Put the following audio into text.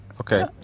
Okay